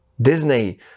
Disney